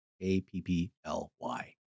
A-P-P-L-Y